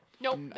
nope